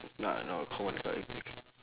not Iike know common car expenses